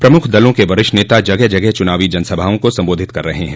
प्रमुख दलों के वरिष्ठ नेता जगह जगह चुनावी जनसभाओं को सम्बोधित कर रहे हैं